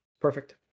perfect